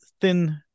thin